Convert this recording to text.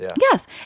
Yes